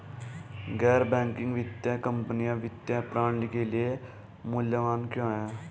गैर बैंकिंग वित्तीय कंपनियाँ वित्तीय प्रणाली के लिए मूल्यवान क्यों हैं?